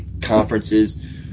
conferences